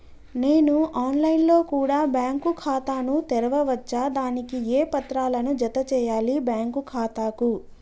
నేను online లో కూడా బ్యాంకు ఖాతా ను తెరవ వచ్చా? దానికి ఏ పత్రాలను జత చేయాలి బ్యాంకు ఖాతాకు?